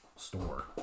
Store